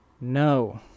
No